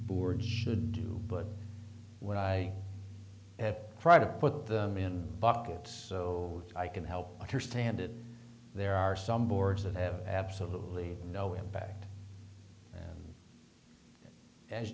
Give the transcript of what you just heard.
boards should do but when i try to put them in buckets so i can help understand it there are some boards that have absolutely no impact and as